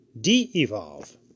de-evolve